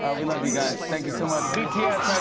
ah we love you guys. thank you so much. bts